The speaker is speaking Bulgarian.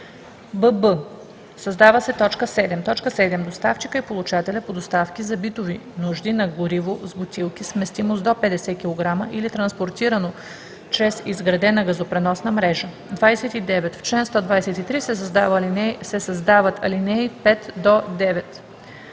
бб) създава се т. 7: „7. доставчика и получателя по доставки за битови нужди на гориво в бутилки с вместимост до 50 кг или транспортирано чрез изградена газопреносна мрежа.“ 29. В чл. 123 се създават ал. 5 – 9: